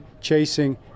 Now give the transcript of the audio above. chasing